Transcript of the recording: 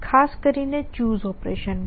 ખાસ કરી ને CHOOSE ઓપેરશન માં